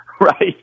Right